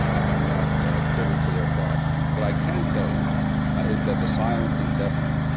i'm not ah privy to their thoughts. what i can tell you is that the silence is deafening.